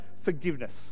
forgiveness